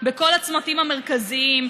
מה לעשות, רוצים להוריד מיסים.